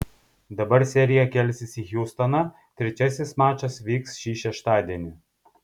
dabar serija kelsis į hjustoną trečiasis mačas vyks šį šeštadienį